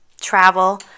travel